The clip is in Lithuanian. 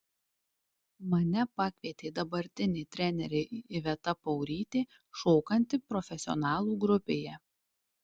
mane pakvietė dabartinė trenerė iveta paurytė šokanti profesionalų grupėje